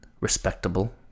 respectable